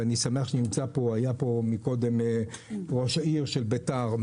ואני שמח שהיה פה קודם ראש העיר של ביתר,